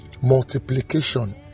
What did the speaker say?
multiplication